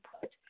put